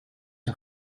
een